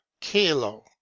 Kalo